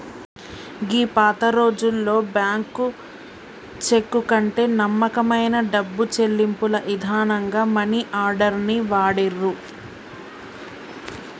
గీ పాతరోజుల్లో bank cheque కంటే నమ్మకమైన డబ్బు చెల్లింపుల ఇదానంగా మనీ ఆర్డర్ ని వాడిర్రు